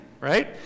right